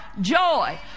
joy